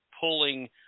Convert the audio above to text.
pulling